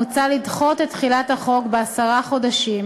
מוצע לדחות את תחילת החוק בעשרה חודשים,